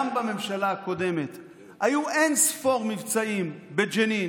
גם בממשלה הקודמת היו אין-ספור מבצעים בג'נין